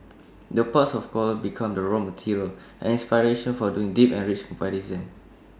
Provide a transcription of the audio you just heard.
the ports of call become the raw material and inspiration for doing deep and rich comparison